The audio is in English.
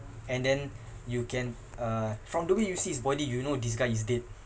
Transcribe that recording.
and then you can uh from the way you see his body you know this guy is dead